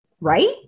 right